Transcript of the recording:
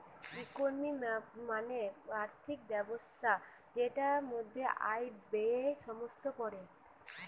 economy মানে আর্থিক ব্যবস্থা যেটার মধ্যে আয়, ব্যয়ে সমস্ত পড়ে